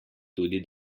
tudi